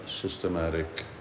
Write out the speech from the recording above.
systematic